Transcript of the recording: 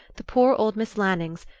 the poor old miss lannings,